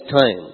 time